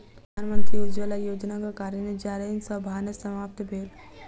प्रधानमंत्री उज्ज्वला योजनाक कारणेँ जारैन सॅ भानस समाप्त भेल